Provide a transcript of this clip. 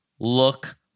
look